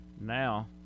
now